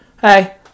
Hey